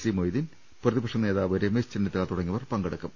C Moideen പ്രതിപക്ഷ നേതാവ് രമേശ് ചെന്നിത്തല തുടങ്ങിയവർ പങ്കെടുക്കും